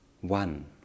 one